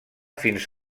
fins